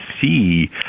see